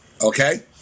okay